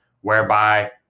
whereby